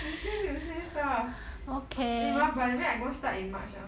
we still need to say stuff eh ma by the way start in much ah